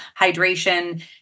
hydration